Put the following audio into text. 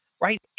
Right